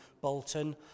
Bolton